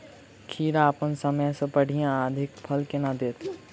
खीरा अप्पन समय सँ बढ़िया आ अधिक फल केना देत?